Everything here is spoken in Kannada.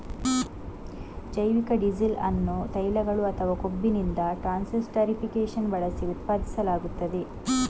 ಜೈವಿಕ ಡೀಸೆಲ್ ಅನ್ನು ತೈಲಗಳು ಅಥವಾ ಕೊಬ್ಬಿನಿಂದ ಟ್ರಾನ್ಸ್ಸೆಸ್ಟರಿಫಿಕೇಶನ್ ಬಳಸಿ ಉತ್ಪಾದಿಸಲಾಗುತ್ತದೆ